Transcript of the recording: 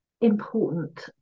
important